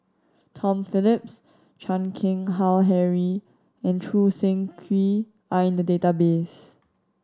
Tom Phillips Chan Keng Howe Harry and Choo Seng Quee are in the database